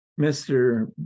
Mr